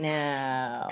now